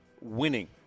winning